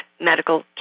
medical